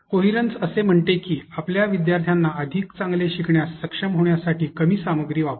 coherence असे म्हणते की आपल्या विद्यार्थ्यांना चांगले शिकण्यास सक्षम होण्यासाठी कमी सामग्री वापरा